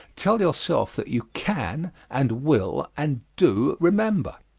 tell yourself that you can and will and do remember.